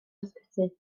ysbyty